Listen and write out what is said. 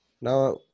Now